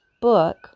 book